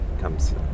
comes